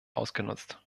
ausgenutzt